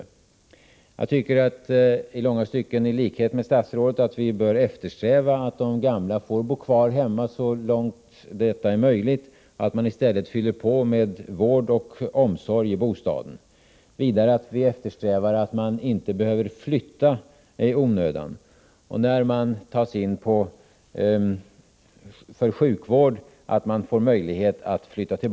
I långa stycken tycker jag, i likhet med statsrådet, att vi så långt det är möjligt bör eftersträva att de gamla får bo kvar hemma. I stället får vi fylla på med vård och omsorg i bostaden. Vidare bör vi eftersträva att man inte behöver flytta i onödan och att man, när man tas in på sjukhus för vård, får möjlighet att flytta hem igen.